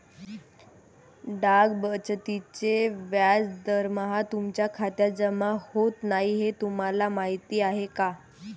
डाक बचतीचे व्याज दरमहा तुमच्या खात्यात जमा होत नाही हे तुम्हाला माहीत आहे का?